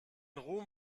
ruhm